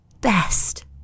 best